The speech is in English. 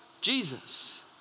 Jesus